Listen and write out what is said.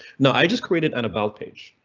know i just created an about page,